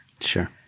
Sure